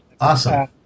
awesome